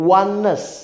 oneness